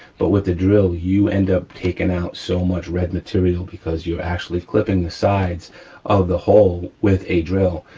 but with the drill you end up taking out so much red material because you're actually clipping the sides of the hole with a drill.